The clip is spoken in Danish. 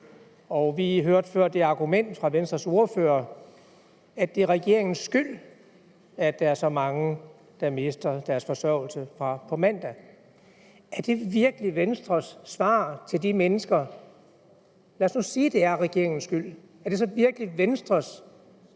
Og vi hørte før det argument af Venstres ordfører, at det er regeringens skyld, at der er så mange, der mister deres forsørgelse fra på mandag. Er det virkelig Venstres svar til de mennesker? Lad os nu sige, det er regeringens skyld. Er det så virkelig Venstres svar